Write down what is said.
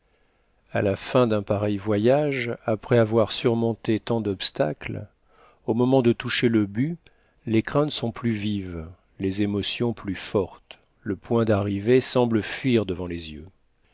a la fin d'un pareil voyage après avoir surmonté tant d'obstacles au moment de toucher le but les craintes sont plus vives les émotions plus fortes le point d'arrivée semble fuir devant les yeux